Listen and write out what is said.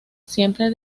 siempre